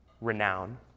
renown